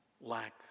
lack